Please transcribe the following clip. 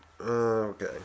Okay